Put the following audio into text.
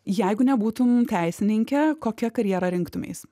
jeigu nebūtum teisininkė kokią karjerą rinktumeis